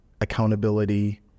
accountability